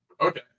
Okay